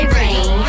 rain